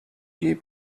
key